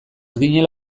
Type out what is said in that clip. ginela